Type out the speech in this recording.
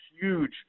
huge